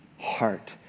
heart